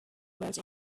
wrote